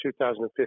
2015